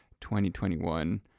2021